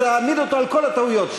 ותעמיד אותו על כל הטעויות שלו,